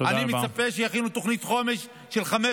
אני מצפה שיכינו תוכנית חומש של 5